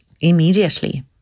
immediately